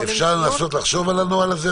אפשר לחשוב עוד פעם על הנוהל הזה?